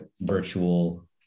virtual